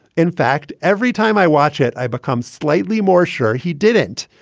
in fact, every time i watch it, i become slightly more sure he didn't.